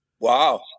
Wow